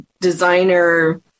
designer